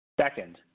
Second